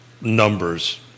numbers